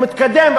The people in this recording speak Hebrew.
מתקדם.